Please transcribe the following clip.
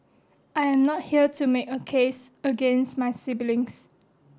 I am not here to make a case against my siblings